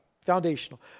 foundational